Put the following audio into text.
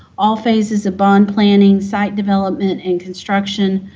all phases of bond planning, site development, and construction.